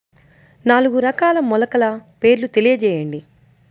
నాలుగు రకాల మొలకల పేర్లు తెలియజేయండి?